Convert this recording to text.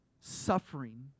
suffering